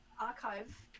archive